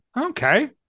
Okay